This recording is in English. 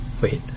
wait